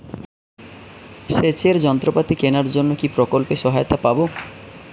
সেচের যন্ত্রপাতি কেনার জন্য কি প্রকল্পে সহায়তা পাব?